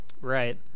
Right